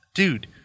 Dude